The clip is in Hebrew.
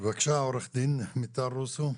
בבקשה, עורכת דין מיטל רוסו,